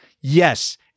Yes